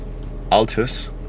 Altus